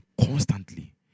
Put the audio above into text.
constantly